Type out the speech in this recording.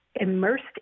immersed